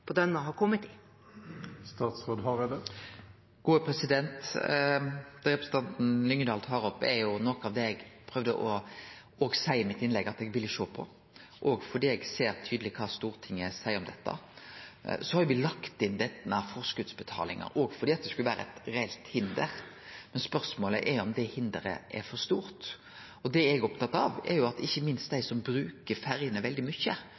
på Dønna har kommet i? Det representanten Lyngedal tar opp, er noko av det eg prøvde å seie òg i innlegget mitt at me ville sjå på, òg fordi eg ser tydeleg kva Stortinget seier om dette. Me har lagt inn denne forskotsbetalinga, òg fordi det skulle vere eit reelt hinder. Spørsmålet er om det hinderet er for høgt. Det eg er opptatt av, er at ikkje minst dei som bruker ferjene veldig mykje,